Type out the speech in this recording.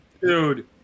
Dude